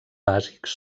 bàsics